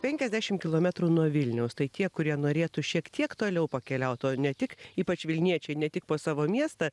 penkiasdešimt kilometrų nuo vilniaus tai tie kurie norėtų šiek tiek toliau pakeliauti o ne tik ypač vilniečiai ne tik po savo miestą